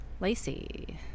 Lacey